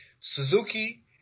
Suzuki